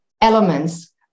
elements